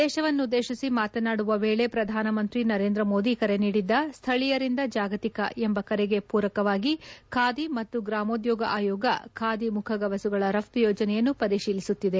ದೇಶವನ್ನುದ್ದೇಶಿಸಿ ಮಾತನಾಡುವ ವೇಳೆ ಪ್ರಧಾನಮಂತ್ರಿ ನರೇಂದ್ರಮೋದಿ ಕರೆ ನೀಡಿದ್ದ ಶ್ಠಳೀಯರಿಂದ ಜಾಗತಿಕ ಎಂಬ ಕರೆಗೆ ಪೂರಕವಾಗಿ ಖಾದಿ ಮತ್ತು ಗ್ರಾಮೋದ್ಯೋಗ ಆಯೋಗ ಖಾದಿ ಮುಖಗವಸುಗಳ ರಫ್ತು ಯೋಜನೆಯನ್ನು ಪರಿಶೀಲಿಸುತ್ತಿದೆ